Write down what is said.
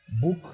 book